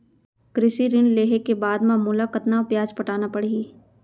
कृषि ऋण लेहे के बाद म मोला कतना ब्याज पटाना पड़ही?